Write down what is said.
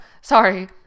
Sorry